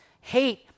Hate